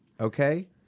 Okay